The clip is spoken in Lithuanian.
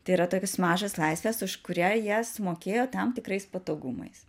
tai yra tokios mažos laisvės už kurią jie sumokėjo tam tikrais patogumais